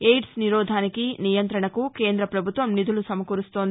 AIDS నిరోధానికి నియంత్రణకు కేంద్ర ప్రభుత్వం నిధులు సమకూరుస్తోంది